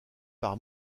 par